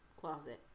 Closet